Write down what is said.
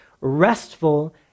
restful